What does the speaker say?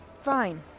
fine